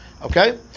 Okay